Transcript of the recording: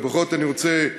ובכל זאת, אני רוצה לשאול,